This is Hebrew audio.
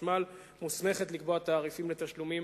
חשמל מוסמכת לקבוע תעריפים לתשלומים